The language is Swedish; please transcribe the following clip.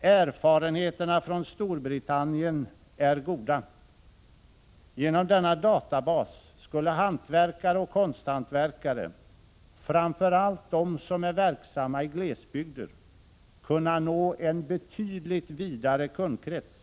Erfarenheterna från Storbritannien är goda. Genom denna databas skulle hantverkare och konsthantverkare, framför allt de som är verksamma i glesbygder, kunna nå en betydligt vidare kundkrets.